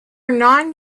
non